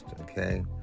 okay